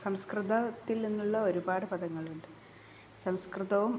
സംസ്കൃതത്തിൽ നിന്നുള്ള ഒരുപാട് പദങ്ങളുമുണ്ട് സംസ്കൃതവും